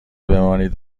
بمانید